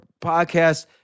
podcast